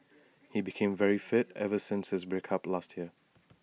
he became very fit ever since his break up last year